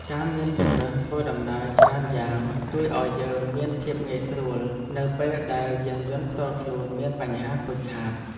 ការមានជម្រើសធ្វើដំណើរច្រើនយ៉ាងជួយឱ្យយើងមានភាពងាយស្រួលនៅពេលដែលយានយន្តផ្ទាល់ខ្លួនមានបញ្ហាខូចខាត។